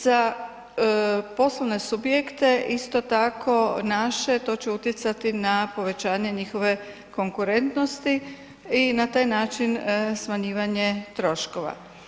Za poslovne subjekte isto tako naše to će utjecati na povećanje njihove konkurentnosti i na taj način smanjivanje troškova.